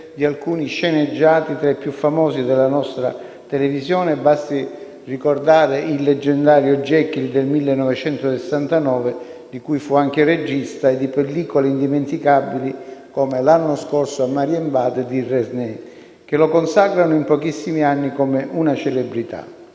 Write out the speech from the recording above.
di alcuni sceneggiati tra i più famosi della nostra televisione; basti ricordare il leggendario «Jekyll» del 1969, di cui fu anche regista, e pellicole indimenticabili come «L'anno scorso a Marienbad» di Resnais, che lo consacrano in pochissimi anni come una celebrità.